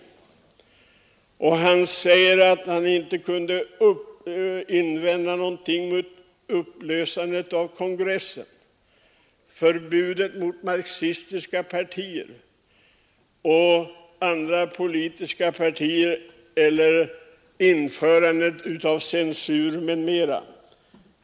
Han säger sig inte heller ha något att invända mot upplösandet av kongressen, förbudet mot marxistiska partier och andra politiska partier eller införandet av censur m.m.